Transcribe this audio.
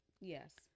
yes